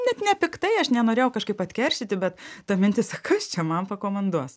net nepiktai aš nenorėjau kažkaip atkeršyti bet ta mintis o kas čia man pakomenduos